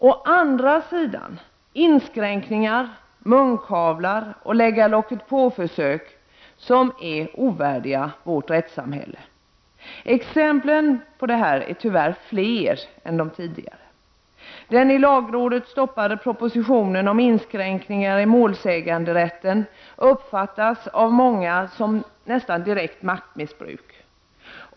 Å andra sidan är det inskränkningar, munkavlar och lägga-locket-på-försök som är ovärdiga vårt rättssamhälle. Exemplen på detta är tyvärr flera. Den i lagrådet stoppade propositionen om inskränkningar i målsäganderätten uppfattas av många som nästan direkt maktmissbruk.